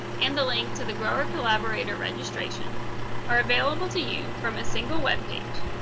and the link to the grower-collaborator registration are available to you from a single webpage